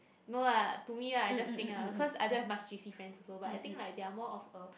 no lah to me lah I just think lah cause I don't have much J_C also but I think like they are more of a